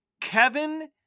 kevin